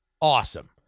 awesome